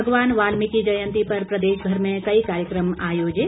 भगवान वाल्मीकि जयंती पर प्रदेशभर में कई कार्यक्रम आयोजित